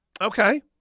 okay